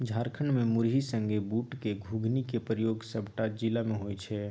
झारखंड मे मुरही संगे बुटक घुघनी केर प्रयोग सबटा जिला मे होइ छै